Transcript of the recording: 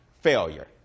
Failure